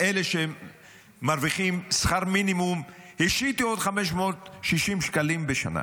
על אלה שמרוויחים שכר מינימום השיתו עוד 560 שקלים בשנה,